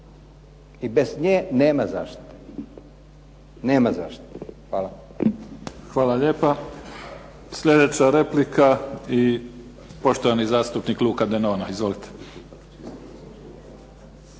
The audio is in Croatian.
I bez nje nema zaštite. Nema zaštite. Hvala. **Mimica, Neven (SDP)** Hvala lijepa. Slijedeća replika i poštovani zastupnik Luka Denona. Izvolite.